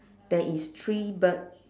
there is three bird